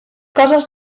coses